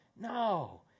No